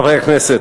חברי הכנסת,